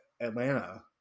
Atlanta